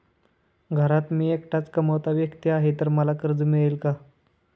घरात मी एकटाच कमावता व्यक्ती आहे तर मला कर्ज मिळेल का?